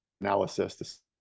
analysis